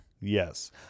Yes